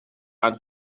and